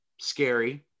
Scary